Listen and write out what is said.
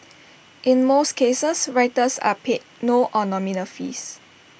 in most cases writers are paid no or nominal fees